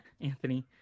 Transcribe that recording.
Anthony